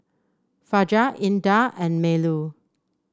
Fajar Indah and Melur